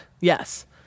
yes